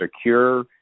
secure